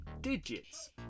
digits